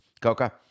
Coca